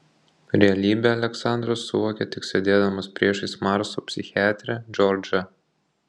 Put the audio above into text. realybę aleksandras suvokė tik sėdėdamas priešais marso psichiatrę džordžą